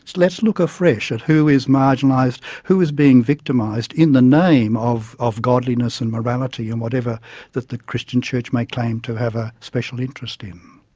let's look afresh at who is marginalised, who is being victimised in the name of of godliness and morality and whatever that the christian church may claim to have a special interest in.